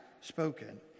spoken